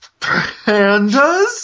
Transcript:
Pandas